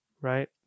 right